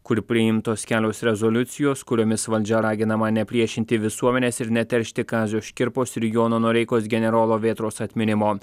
kur priimtos kelios rezoliucijos kuriomis valdžia raginama nepriešinti visuomenės ir neteršti kazio škirpos ir jono noreikos generolo vėtros atminimo